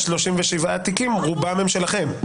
137 תיקים רובם שלכם.